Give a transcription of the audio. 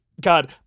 God